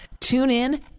TuneIn